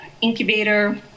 incubator